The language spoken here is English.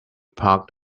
parked